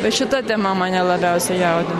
va šita tema mane labiausiai jaudina